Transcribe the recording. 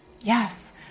Yes